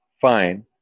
fine